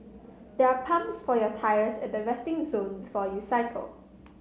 there are pumps for your tyres at the resting zone before you cycle